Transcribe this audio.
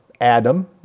Adam